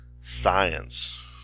science